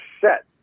set